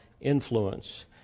influence